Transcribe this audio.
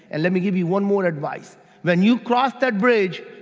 and let me give you one more advice when you cross that bridge,